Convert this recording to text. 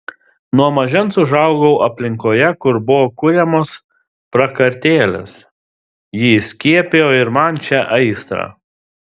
nuo mažens užaugau aplinkoje kur buvo kuriamos prakartėlės ji įskiepijo ir man šią aistrą